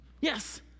Yes